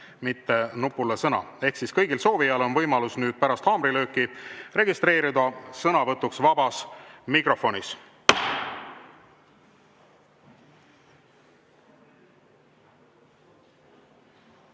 mitte nupule "Sõna". Kõigil soovijail on võimalus pärast haamrilööki registreeruda sõnavõtuks vabas mikrofonis.